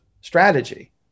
strategy